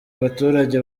abaturage